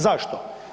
Zašto?